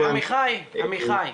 עמיחי,